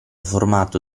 formato